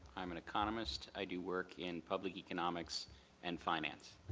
i'm an economist, i do work in public economics and finance.